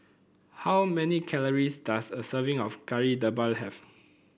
how many calories does a serving of Kari Debal have